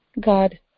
God